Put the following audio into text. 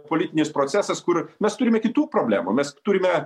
politinis procesas kur mes turime kitų problemų mes turime